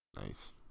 Nice